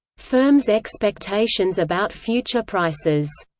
firms' expectations about future prices.